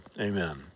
amen